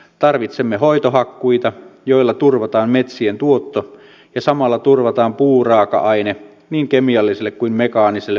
tarvitsemme hoitohakkuita joilla turvataan metsien tuotto ja samalla turvataan puuraaka aine niin kemialliselle kuin mekaaniselle puunjalostukselle